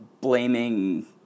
blaming